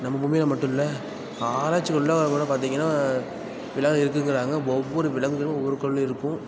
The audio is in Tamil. நம்ம பூமியில் மட்டும் இல்லை ஆராய்ச்சிகளில் கூட பார்த்திங்கன்னா இப்படிலாம் இருக்குங்கிறாங்க ஒவ்வொரு விலங்குகளும் ஒவ்வொரு கோள்லேயும் இருக்கும்